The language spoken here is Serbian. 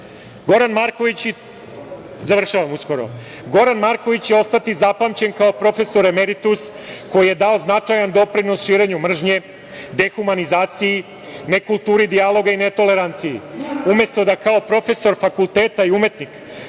uskoro, će ostati zapamćen kao profesor emeritus koji je dao značajan doprinos širenju mržnje, dehumanizaciji, nekulturi dijaloga i netoleranciji. Umesto da kao profesor fakulteta i umetnik